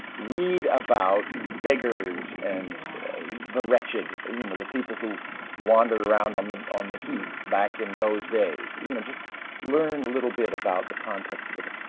read about beggars and the wretched you know, the people who wandered around on the on the heath back in those days. you know, just learn a little bit about the context of the but